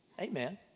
Amen